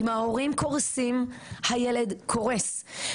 אם ההורים קורסים, הילד קורס.